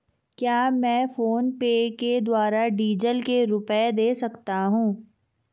क्या मैं फोनपे के द्वारा डीज़ल के रुपए दे सकता हूं?